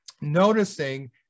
noticing